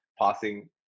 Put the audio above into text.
passing